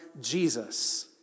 Jesus